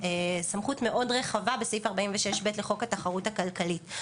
סמכות מאוד רחבה בסעיף 46(ב) לחוק התחרות הכלכלית.